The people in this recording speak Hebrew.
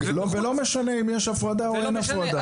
ולא משנה אם יש הפרדה או אין הפרדה.